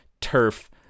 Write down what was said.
turf